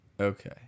Okay